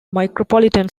micropolitan